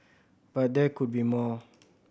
but there could be more